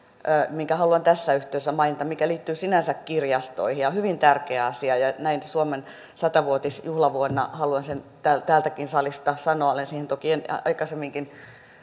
minkä haluan tässä yhteydessä mainita mikä liittyy sinänsä kirjastoihin ja on hyvin tärkeä asia ja näin suomen sata vuotisjuhlavuonna haluan sen täällä salissa sanoa olen siihen toki aikaisemminkin